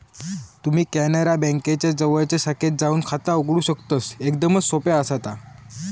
तुम्ही कॅनरा बँकेच्या जवळच्या शाखेत जाऊन खाता उघडू शकतस, एकदमच सोप्या आसा ता